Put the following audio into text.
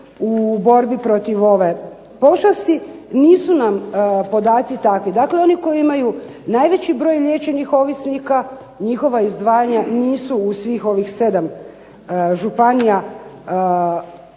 u borbi protiv ove pošasti nisu nam podaci takvi. Dakle, oni koji imaju najveći broj liječenih ovisnika njihova izdvajanja nisu u svih ovih 7 županija